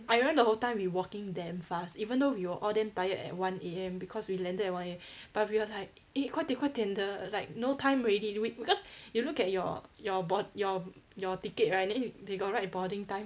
I remember the whole time we walking damn fast even though we were all damn tired at one A_M because we landed at one A_M but we were like eh 快点快点 the like no time already we because you look at your your board your your ticket right then they got write boarding time